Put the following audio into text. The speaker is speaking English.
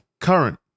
current